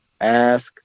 Ask